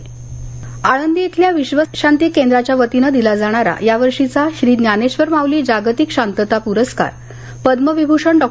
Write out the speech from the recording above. SIT Alandi इथल्या विश्वशांती केंद्राच्या वतीनं दिला जाणारा या वर्षीचा श्री ज्ञानेश्वर माऊली जागतिक शांतता प्रस्कार पद्मविभूषण डॉ